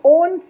Own